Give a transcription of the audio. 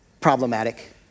problematic